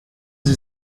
sie